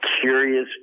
curious